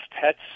pets